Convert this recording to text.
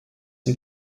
him